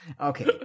Okay